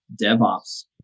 DevOps